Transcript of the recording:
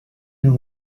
and